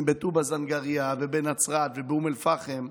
מטובא-זנגרייה ומנצרת ומאום אל-פחם,